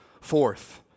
Fourth